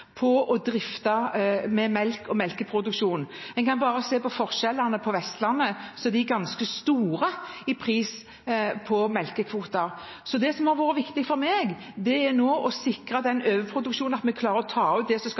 på å drive med melk og melkeproduksjon. En kan bare se på forskjellene i pris på Vestlandet – de er ganske store på melkekvoter. Det som har vært viktig for meg, er å sikre overproduksjonen og at vi klarer å ta ut det som skal